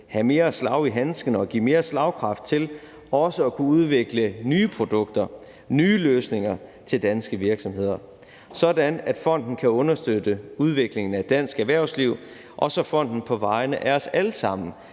have mere slag i handsken og give mere slagkraft til også at kunne udvikle nye produkter, nye løsninger til danske virksomheder, sådan at fonden kan understøtte udviklingen af dansk erhvervsliv, og så fonden på vegne af os alle sammen